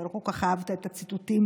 אתה לא כל כך אהבת את הציטוטים